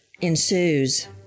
ensues